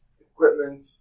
equipment